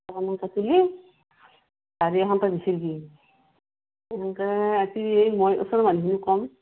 তেনকৈ তুলি গাড়ী এখন তই বিচাৰিবি তেনকৈ আজি মই ওচৰৰ মানুহখিনিক ক'ম